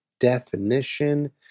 Definition